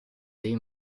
dei